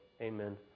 Amen